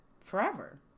forever